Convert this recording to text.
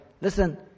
Listen